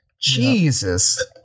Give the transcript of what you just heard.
Jesus